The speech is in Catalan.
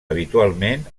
habitualment